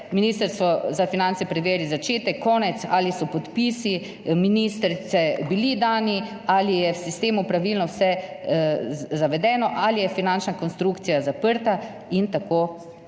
Ministrstvo za finance preveri začetek, konec, ali so podpisi ministrice bili dani, ali je v sistemu pravilno vse zavedeno, ali je finančna konstrukcija zaprta, itn.